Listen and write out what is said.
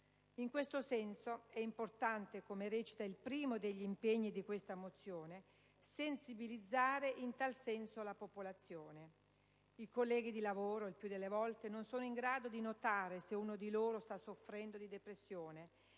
Per questo è importante, come recita il primo degli impegni di questa mozione, sensibilizzare in tal senso la popolazione. I colleghi di lavoro, il più delle volte, non sono in grado di notare se uno di loro sta soffrendo di depressione